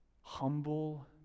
humble